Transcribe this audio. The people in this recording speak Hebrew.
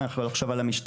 אני יכול לחשוב על המשטרה,